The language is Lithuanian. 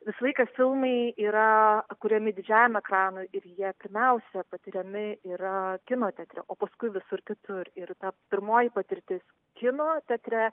visą laiką filmai yra kuriami didžiajam ekranui ir jie pirmiausia patiriami yra kino teatre o paskui visur kitur ir ta pirmoji patirtis kino teatre